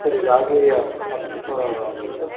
sir ಇದಾಗಿ ಹತ್ತು ಹತ್ತು ದಿಸ ಆಗಿದೆ ಸರ್